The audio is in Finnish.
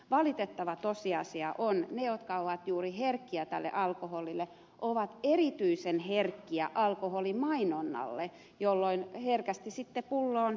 valitettava tosiasia on että ne jotka ovat juuri herkkiä tälle alkoholille ovat erityisen herkkiä alkoholimainonnalle jolloin herkästi sitten pulloon mennään